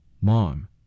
Mom